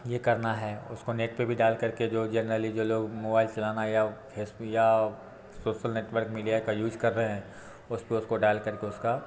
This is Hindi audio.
ये करना है उसको नेट पे भी डाल करके जो जेनरली जो लोग मोबाइल चलाना या फेसबुक या सोसल नेटवर्क मीडिया का यूज कर रहे हैं उसपे उसको डाल करके उसका